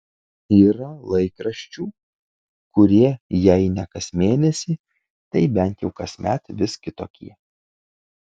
yra laikraščių kurie jei ne kas mėnesį tai bent jau kasmet vis kitokie